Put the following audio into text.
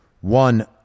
one